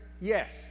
yes